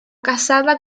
casada